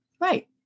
Right